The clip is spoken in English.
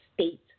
state